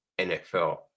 NFL